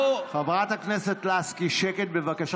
חברת הכנסת לסקי, שקט, בבקשה.